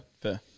fair